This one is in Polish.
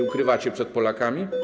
Ukrywacie to przed Polakami?